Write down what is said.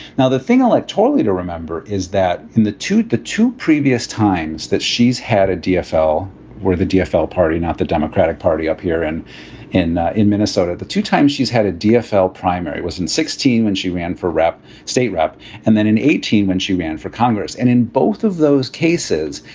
now, the thing electorally to remember is that in the two the two previous times that she's had a dfl where the dfl party, not the democratic party up here and in in minnesota, the two time she's had a dfl primary was in sixteen when she ran for state rep and then an eighteen when she ran for congress. and in both of those cases,